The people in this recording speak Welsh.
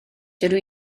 dydw